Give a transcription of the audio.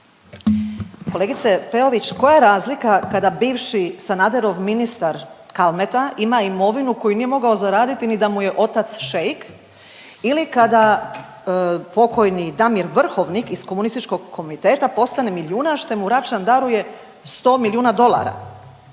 Kolegice Peović koja je razlika kada bivši Sanaderov ministar Kalmeta ima imovinu koju nije mogao zaraditi ni da mu je otac šeik ili kada pokojni Damir Vrhovnik iz komunističkog komiteta postane milijunaš što mu Račan daruje 100 milijuna dolara.